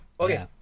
Okay